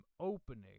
Opening